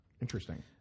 Interesting